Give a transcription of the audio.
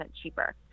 cheaper